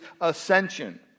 ascension